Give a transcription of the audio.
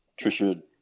Trisha